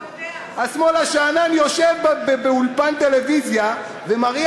השמאל השאנן יושב באולפן טלוויזיה ומריע